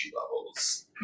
levels